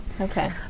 Okay